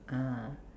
ah